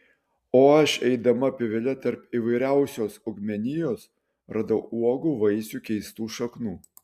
o aš eidama pievele tarp įvairiausios augmenijos radau uogų vaisių keistų šaknų